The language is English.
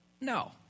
No